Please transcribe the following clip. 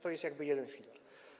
To jest jakby jeden filar.